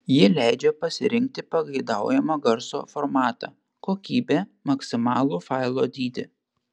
ji leidžia pasirinkti pageidaujamą garso formatą kokybę maksimalų failo dydį